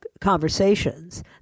conversations